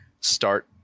start